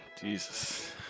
Jesus